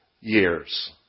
years